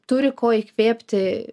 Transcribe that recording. turi ko įkvėpti